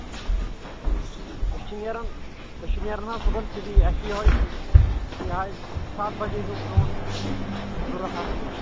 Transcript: أسۍ چھِ نیران أسۍ چھِ نیران حظ صُبحَن سُلی اَسہِ چھِ یِہوٚے چھِ یِہوٚے سَتھ بَجے ہیوٗ پٮ۪وان ضوٚرَتھ آسان دۄد